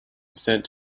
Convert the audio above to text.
sent